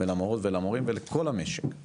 ולמורות ולמורים ולכל המשק,